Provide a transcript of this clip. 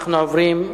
אנחנו עוברים,